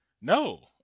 No